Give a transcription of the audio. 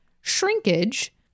shrinkage